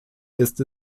ist